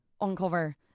Uncover